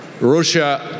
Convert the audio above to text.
Russia